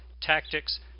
tactics